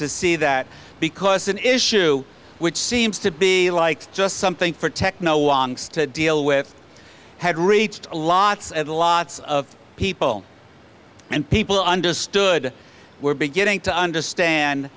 to see that because an issue which seems to be like just something for techno angst to deal with had reached a lots and lots of people and people understood we're beginning to understand